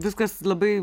viskas labai